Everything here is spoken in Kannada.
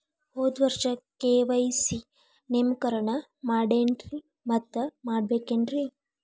ಹೋದ ವರ್ಷ ಕೆ.ವೈ.ಸಿ ನವೇಕರಣ ಮಾಡೇನ್ರಿ ಮತ್ತ ಮಾಡ್ಬೇಕೇನ್ರಿ?